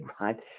right